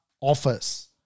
office